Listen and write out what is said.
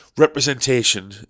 Representation